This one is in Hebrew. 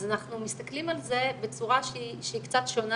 אז אנחנו מסתכלים על זה בצורה שהיא קצת שונה